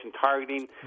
targeting